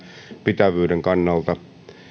pitävyyden kannalta